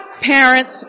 parents